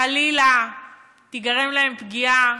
חלילה תיגרם להן פגיעה,